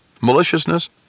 maliciousness